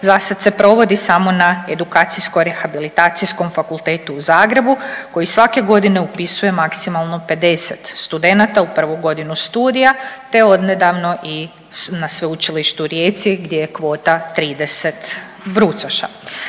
zasad se provodi samo na Edukacijsko-rehabilitacijskom fakultetu u Zagrebu koji svake godine upisuje maksimalno 50 studenata u prvu godinu studija, te od nedavno i na Sveučilištu u Rijeci gdje je kvota 30 brucoša.